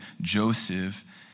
Joseph